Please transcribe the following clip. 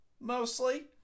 mostly